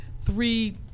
three